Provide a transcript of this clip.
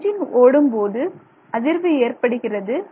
engine ஓடும்போது அதிர்வு ஏற்படுகிறது